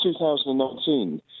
2019